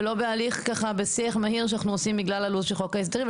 ולא בהליך ככה בשיח מהיר שאנחנו עושים בגלל הלו"ז של חוק ההסדרים,